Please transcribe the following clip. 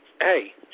hey